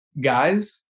guys